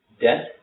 Death